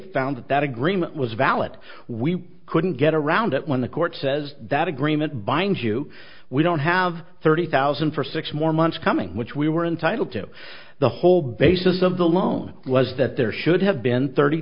found that that agreement was valid we couldn't get around it when the court says that agreement binds you we don't have thirty thousand for six more months coming which we were entitled to the whole basis of the loan was that there should have been thirty